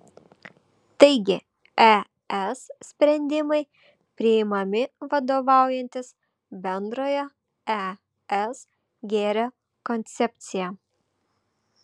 taigi es sprendimai priimami vadovaujantis bendrojo es gėrio koncepcija